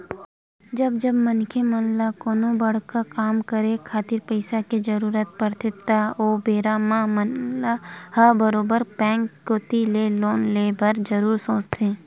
जब जब मनखे मन ल कोनो बड़का काम करे खातिर पइसा के जरुरत पड़थे त ओ बेरा मनखे मन ह बरोबर बेंक कोती ले लोन ले बर जरुर सोचथे